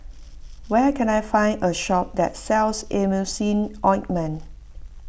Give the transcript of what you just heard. where can I find a shop that sells Emulsying Ointment